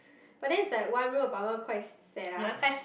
but then is like one room apartment quite sad ah